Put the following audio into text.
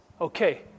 Okay